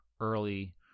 early